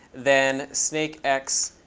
then snakex